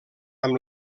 amb